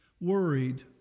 worried